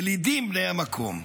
ילידים בני המקום.